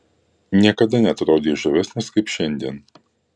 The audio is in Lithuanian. niekada neatrodei žavesnis kaip šiandien